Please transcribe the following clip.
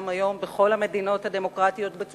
אין מדינה דמוקרטית בלי שידור ציבורי,